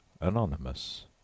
Anonymous